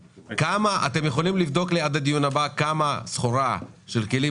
אפשר לבדוק על לדיון הבא כמה סחורה של כלים